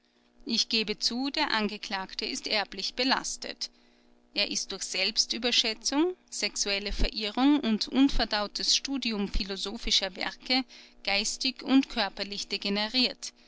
ich gebe zu der angeklagte ist erblich belastet er ist durch selbstüberschätzung sexuelle verirrung und unverdautes studium philosophischer werke geistig und körperlich degeneriert